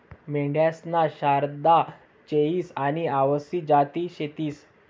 मेंढ्यासन्या शारदा, चोईस आनी आवसी जाती शेतीस